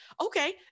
okay